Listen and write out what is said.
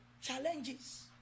challenges